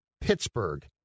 Pittsburgh